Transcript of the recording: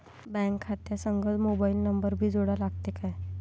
Bank खात्या संग mobile number भी जोडा लागते काय?